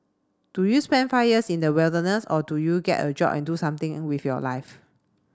do you spend five years in the wilderness or do you get a job and do something with your life